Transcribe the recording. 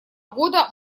года